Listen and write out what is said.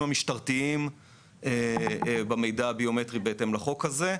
המשטרתיים במידע הביומטרי בהתאם לחוק הזה.